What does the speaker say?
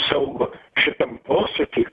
saugu šitam posūky